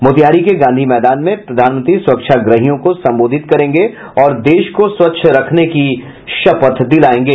मोतिहारी के गांधी मैदान में प्रधानमंत्री स्वच्छाग्रहियों को संबोधित करेंगे और देश को स्वच्छ रखने की शपथ दिलायेगें